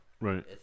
right